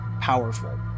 powerful